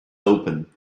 open